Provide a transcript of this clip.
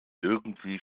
irgendwie